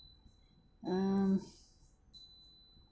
um